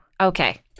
Okay